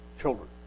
children